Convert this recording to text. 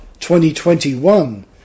2021